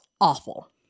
awful